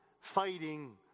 fighting